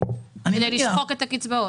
כדי לשחוק את הקצבאות.